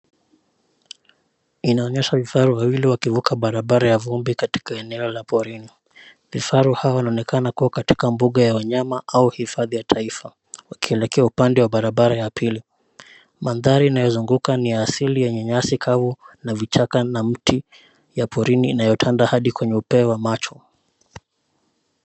Inaonyesha vifaru wawili wakivuka barabara ya vumbi katika eneo la porini, vifaru hawa wanaonekana kuwa katika mbuga ya wanyama au hifadhi ya taifa, wakielekea upande wa barabara ya pili, mandhari inayozunguka ni asili yenye nyasi kavu, na vichaka na mti, ya porini inayotanda hadi kwenye upeo wa macho.